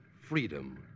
freedom